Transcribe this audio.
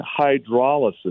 hydrolysis